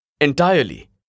Entirely